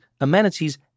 amenities